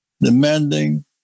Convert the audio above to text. demanding